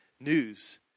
news